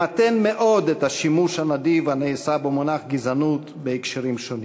למתן מאוד את השימוש הנדיב הנעשה במונח גזענות בהקשרים שונים.